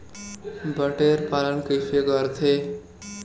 बटेर पालन कइसे करथे?